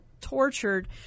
tortured